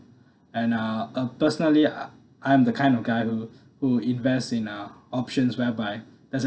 and uh uh personally I I'm the kind of guy who who invest in uh options whereby as in